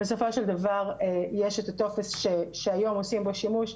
בסופו של דבר יש את הטופס שהיום עושים בו שימוש.